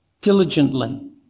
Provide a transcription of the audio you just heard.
diligently